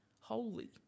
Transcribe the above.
holy